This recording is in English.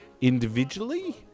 individually